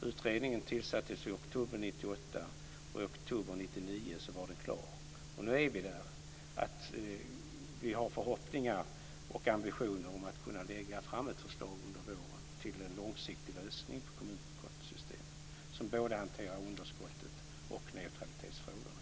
Utredningen tillsattes i oktober 1998, och i oktober 1999 var den klar. Nu är vi där. Vi har förhoppningar och ambitioner om att kunna lägga fram ett förslag till en långsiktig lösning på kommunkontosystemet under våren, en lösning som både hanterar underskottet och neutralitetsfrågorna.